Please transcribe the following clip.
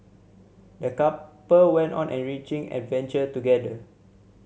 the couple went on an enriching adventure together